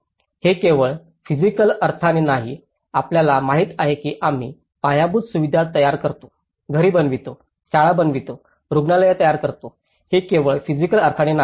हे केवळ फिसिकल अर्थाने नाही आपल्याला माहिती आहे की आम्ही पायाभूत सुविधा तयार करतो घरे बनवितो शाळा बनवतो रुग्णालये तयार करतो हे केवळ फिसिकल अर्थाने नाही